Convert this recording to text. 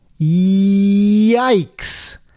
Yikes